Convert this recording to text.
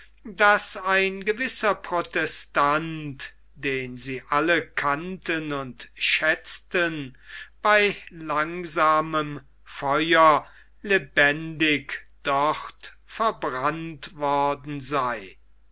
daß ein gewisser protestant den sie alle kannten und schätzten bei langsamem feuer lebendig dort verbrannt worden sei